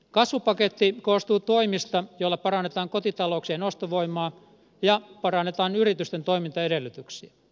kasvupaketti koostuu toimista joilla parannetaan kotitalouksien ostovoimaa ja parannetaan yritysten toimintaedellytyksiä